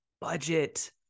budget